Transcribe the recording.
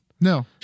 No